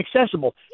accessible